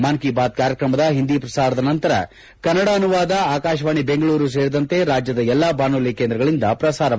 ಮನ್ ಕಿ ಬಾತ್ ಕಾರ್ಯಕ್ರಮದ ಹಿಂದಿ ಪ್ರಸಾರದ ನಂತರ ಕನ್ನಡ ಅನುವಾದ ಆಕಾಶವಾಣಿ ಬೆಂಗಳೂರು ಸೇರಿದಂತೆ ರಾಜ್ಯದ ಎಲ್ಲಾ ಬಾನುಲಿ ಕೇಂದ್ರಗಳಿಂದ ಪ್ರಸಾರವಾಗಲಿದೆ